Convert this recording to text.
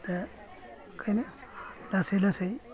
दा ओंखायनो लासै लासै